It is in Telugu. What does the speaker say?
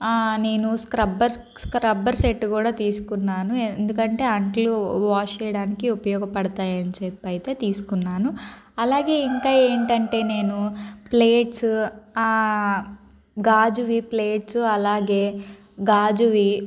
నేను స్క్రబ్బర్ స్క్రబ్బర్ సెట్ కూడా తీసుకున్నాను ఎందుకంటే అంట్లు వాష్ చేయడానికి ఉపయోగపడతాయని చెప్పి అయితే తీసుకున్నాను అలాగే ఇంకా ఏంటంటే నేను ప్లేట్స్ ఆ గాజు ప్లేట్స్ అలాగే గాజు